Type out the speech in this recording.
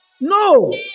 No